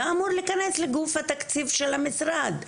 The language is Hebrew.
אמור להיכנס לגוף התקציב של המשרד.